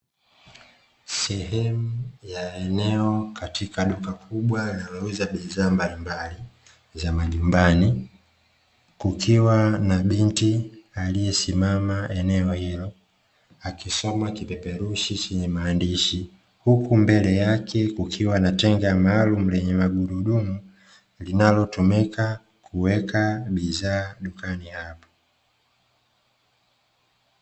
Sehemu ya aneo katika duka kubwa linalouza bidhaa mbalimbali za majumbani, kukiwa na binti aliyesimama eneo hilo akisoma kipeperushi chenye maandishi, huku mbele yake kukiwa na tenga maalumu lenye magurudumu linalotumika kuweka bidhaa dukani hapo.